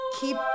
keep